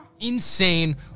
Insane